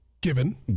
Given